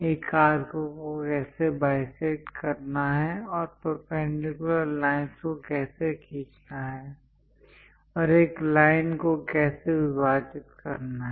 एक आर्क को कैसे बाईसेक्ट करना है और परपेंडिकुलर लाइनस् को कैसे खींचना है और एक लाइन को कैसे विभाजित करना है